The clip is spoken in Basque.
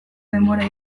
denbora